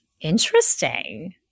Interesting